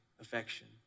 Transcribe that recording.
affection